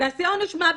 נעשה עונש מוות,